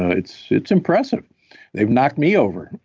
ah it's it's impressive they've knocked me over.